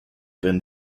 been